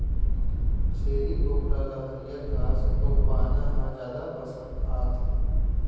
छेरी बोकरा ल हरियर घास अउ पाना ह जादा पसंद आथे